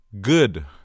Good